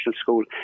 School